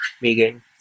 begin